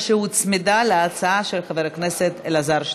שהוצמדה להצעה של חבר הכנסת אלעזר שטרן.